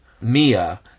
mia